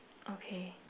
okay